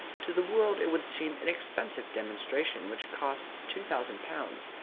to the world it would seem an expensive demonstration which cost two thousand pounds,